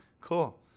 Cool